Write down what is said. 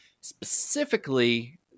Specifically